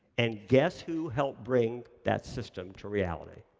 and guess who helped bring that system to reality.